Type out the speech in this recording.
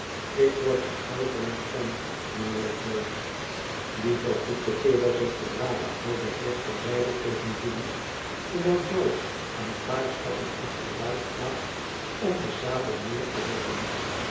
ik word er huiverig van mijnheer george die vervloekte kerel zegt de brave oude heer ter zijde tegen judy terwijl george een paar stappen achteruit gaat om de sabel neer te leggen